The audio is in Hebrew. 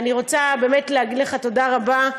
אני רוצה באמת להגיד לך תודה רבה,